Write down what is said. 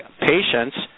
patients